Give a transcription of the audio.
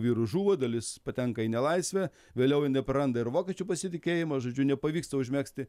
vyrų žūva dalis patenka į nelaisvę vėliau jinai praranda ir vokiečių pasitikėjimą žodžiu nepavyksta užmegzti